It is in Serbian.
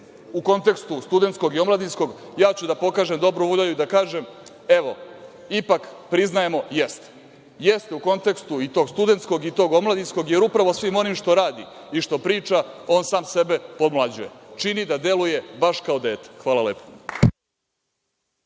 u kontekstu studentskog i omladinskog, ja ću da pokažem dobru volju i da kažem – evo, ipak priznajemo, jeste. Jeste u kontekstu i tog studentskog i tog omladinskog, jer upravo svim onim što radi i što priča on sam sebe podmlađuje, čini da deluje baš kao dete. Hvala